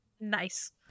Nice